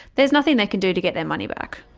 there's nothing they can do to get their money back.